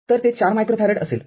तरते ४ मायक्रोफेरड असेल